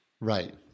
Right